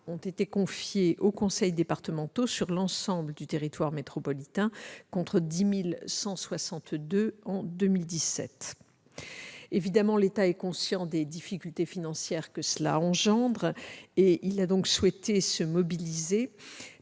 ont été confiés aux conseils départementaux sur l'ensemble du territoire métropolitain, contre 10 162 en 2017. Évidemment, l'État est conscient des difficultés financières que cela entraîne. C'est pourquoi il a souhaité se mobiliser.